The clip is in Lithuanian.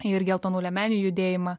ir geltonų liemenių judėjimą